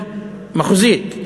מחוזית.